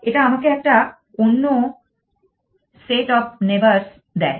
এটা আমাকে একটা অন্য set of নেইবারস দেয়